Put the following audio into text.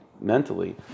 mentally